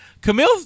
Camille